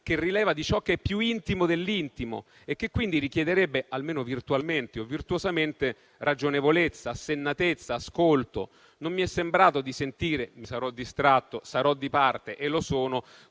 che rileva di ciò che è più intimo dell'intimo e che quindi richiederebbe, almeno virtualmente o virtuosamente, ragionevolezza, assennatezza, ascolto. Non mi è sembrato di sentire - mi sarò distratto, sarò di parte e lo sono